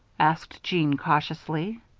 asked jeanne, cautiously.